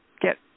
get